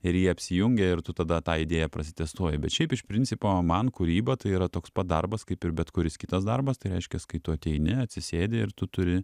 ir jie apsijungia ir tu tada tą idėją prasitęstuoji bet šiaip iš principo man kūryba tai yra toks pat darbas kaip ir bet kuris kitas darbas tai reiškias kai tu ateini atsisėdi ir tu turi